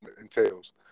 entails